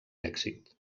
èxit